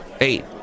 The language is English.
eight